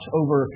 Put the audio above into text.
over